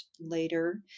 later